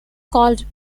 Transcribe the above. called